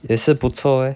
也是不错 eh